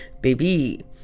Baby